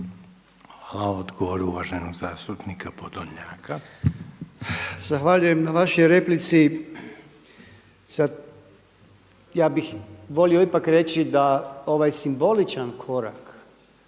Hvala. Odgovor uvaženog zastupnika Podolnjaka. **Podolnjak, Robert (MOST)** Zahvaljujem na vašoj replici. Ja bih volio ipak reći da ovaj simboličan korak,